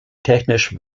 technisch